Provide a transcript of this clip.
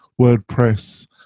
WordPress